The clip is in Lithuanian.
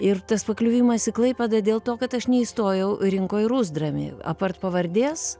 ir tas pakliuvimas į klaipėdą dėl to kad aš neįstojau rinko į ruzdramį apart pavardės